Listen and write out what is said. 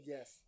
Yes